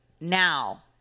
now